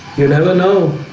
you never know